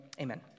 Amen